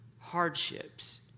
hardships